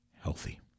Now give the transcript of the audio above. healthy